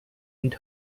and